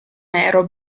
nero